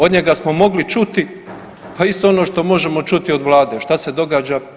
Od njega smo mogli čuti pa isto ono što možemo čuti od Vlade, šta se događa?